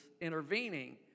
intervening